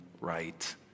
right